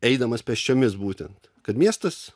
eidamas pėsčiomis būtent kad miestas